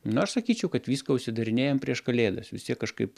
nu aš sakyčiau kad viską užsidarinėjam prieš kalėdas vis tiek kažkaip